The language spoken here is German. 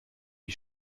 wie